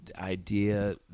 idea